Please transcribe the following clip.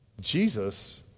Jesus